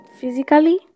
Physically